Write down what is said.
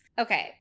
Okay